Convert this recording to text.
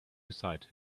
beside